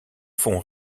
font